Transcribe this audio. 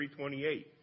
3.28